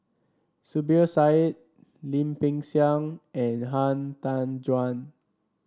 Zubir Said Lim Peng Siang and Han Tan Juan